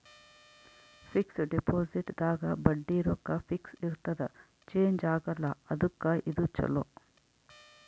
fix deposit ದಾಗ ಬಡ್ಡಿ ರೊಕ್ಕ ಫಿಕ್ಸ್ ಇರ್ತದ ಚೇಂಜ್ ಆಗಲ್ಲ ಅದುಕ್ಕ ಇದು ಚೊಲೊ